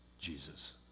Jesus